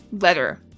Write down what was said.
letter